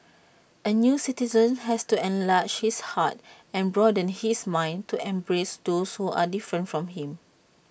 A new citizen has to enlarge his heart and broaden his mind to embrace those who are different from him